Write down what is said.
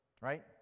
right